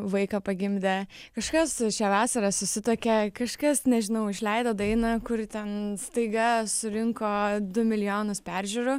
vaiką pagimdė kažkas šią vasarą susituokė kažkas nežinau išleido dainą kuri ten staiga surinko du milijonus peržiūrų